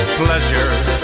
pleasures